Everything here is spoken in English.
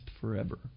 forever